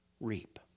reap